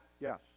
Yes